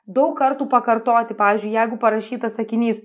daug kartų pakartoti pavyzdžiui jeigu parašytas sakinys